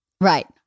right